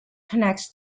connects